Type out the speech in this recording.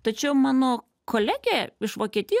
tačiau mano kolegė iš vokietijos